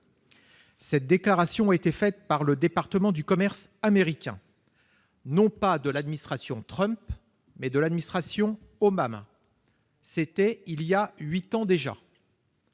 Cette déclaration a été faite par le département du commerce américain, non pas de l'administration Trump, mais de l'administration Obama. C'était il y a huit ans déjà.